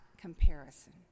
comparison